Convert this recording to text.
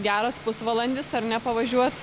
geras pusvalandis ar ne pavažiuot